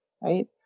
right